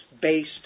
based